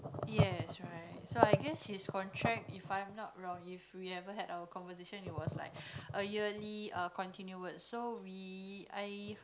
yes right so I guess his contract if I'm not wrong if we ever had our conversation it was like a yearly err continuous so we I heard